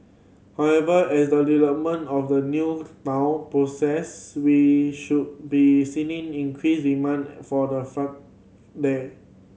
however as the development of the new town progress we should be seeing increased demand for the flat there